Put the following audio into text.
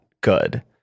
good